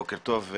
בוקר טוב,